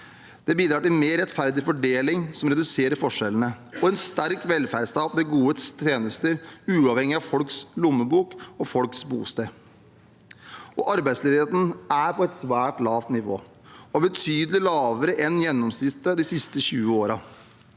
Det bidrar til mer rettferdig fordeling som reduserer forskjellene, og en sterk velferdsstat med gode tjenester uavhengig av folks lommebok og folks bosted. Arbeidsledigheten er på et svært lavt nivå, og betydelig lavere enn gjennomsnittet de siste 20 årene.